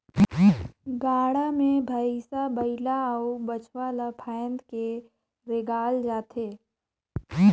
गाड़ा मे भइसा बइला अउ बछवा ल फाएद के रेगाल जाथे